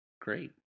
Great